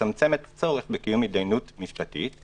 ולצמצם את הצורך בקיום התדיינות משפטית,